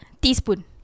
Teaspoon